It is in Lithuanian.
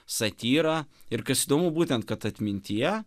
satyra ir kas įdomu būtent kad atmintyje